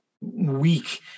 weak